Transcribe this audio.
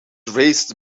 raised